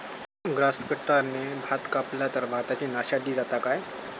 Grass कटराने भात कपला तर भाताची नाशादी जाता काय?